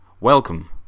Welcome